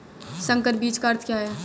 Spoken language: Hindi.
संकर बीज का अर्थ क्या है?